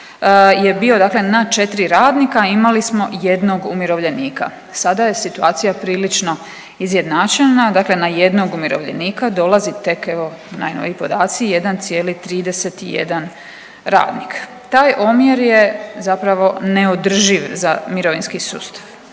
je bio dakle na 4 radnika imali smo 1 umirovljenika. Sada je situacija prilično izjednačena, dakle na 1 umirovljenika dolazi tek evo najnoviji podaci 1,31 radnik. Taj omjer je zapravo neodrživ za mirovinski sustav.